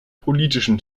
politischen